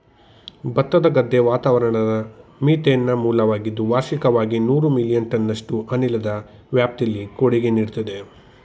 ಭತ್ತದ ಗದ್ದೆ ವಾತಾವರಣದ ಮೀಥೇನ್ನ ಮೂಲವಾಗಿದ್ದು ವಾರ್ಷಿಕವಾಗಿ ನೂರು ಮಿಲಿಯನ್ ಟನ್ನಷ್ಟು ಅನಿಲದ ವ್ಯಾಪ್ತಿಲಿ ಕೊಡುಗೆ ನೀಡ್ತದೆ